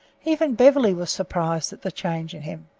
even beverly was surprised at the change in him.